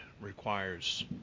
requires